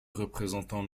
représentants